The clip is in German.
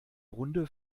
runde